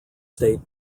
state